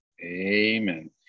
Amen